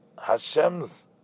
Hashem's